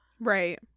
Right